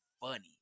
funny